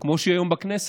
כמו שיש היום בכנסת,